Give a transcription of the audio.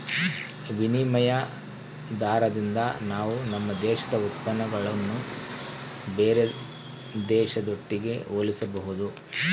ವಿನಿಮಯ ದಾರದಿಂದ ನಾವು ನಮ್ಮ ದೇಶದ ಉತ್ಪನ್ನಗುಳ್ನ ಬೇರೆ ದೇಶದೊಟ್ಟಿಗೆ ಹೋಲಿಸಬಹುದು